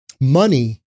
money